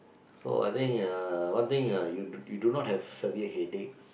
so I think uh one thing uh you do not have severe headaches